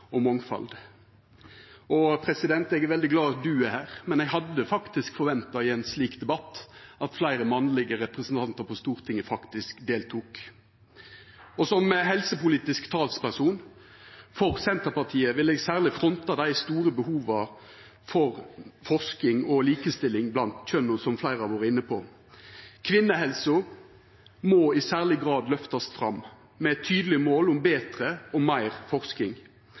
og mangfald. Eg er veldig glad for at presidenten er her, men eg hadde forventa i ein slik debatt at fleire mannlege representantar på Stortinget faktisk deltok. Som helsepolitisk talsperson for Senterpartiet vil eg særleg fronta dei store behova for forsking og likestilling blant kjønna, som fleire har vore inne på. I særleg grad må me løfta fram kvinnehelsa, med tydelege mål om betre og meir forsking.